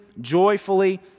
joyfully